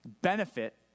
benefit